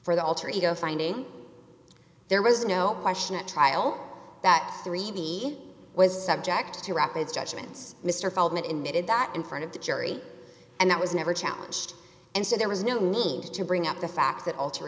for the alter ego finding there was no question at trial that three b was subject to rapid judgments mr feldman emitted that in front of the jury and that was never challenged and so there was no need to bring up the fa